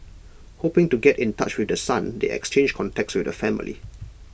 hoping to get in touch with the son they exchanged contacts with the family